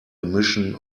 emission